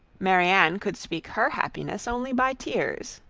marianne could speak her happiness only by tears.